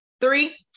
Three